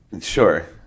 Sure